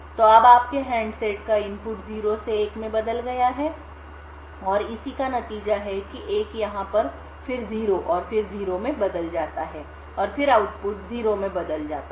तो अब आपके हैंडसेट का इनपुट 0 से 1 में बदल गया है और इसी का नतीजा है कि 1 यहाँ पर फिर 0 और फिर 0 में बदल जाता है और फिर आउटपुट 0 में बदल जाता है